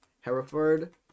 Hereford